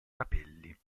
cappelli